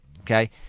okay